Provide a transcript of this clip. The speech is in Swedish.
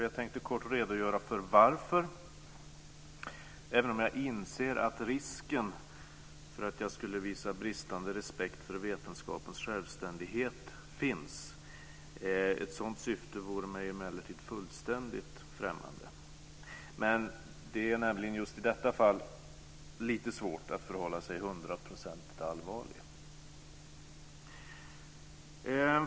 Jag tänkte kort redogöra för varför, även om jag inser att risken för att jag visar bristande respekt för vetenskapens självständighet finns. Ett sådant syfte vore mig emellertid fullständigt främmande. Det är i detta fall lite svårt att förhålla sig hundraprocentigt allvarlig.